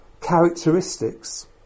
characteristics